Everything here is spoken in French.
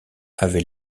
avait